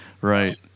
right